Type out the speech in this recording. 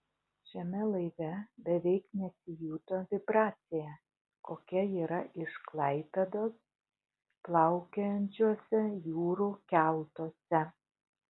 šiame laive beveik nesijuto vibracija kokia yra iš klaipėdos plaukiojančiuose jūrų keltuose